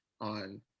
on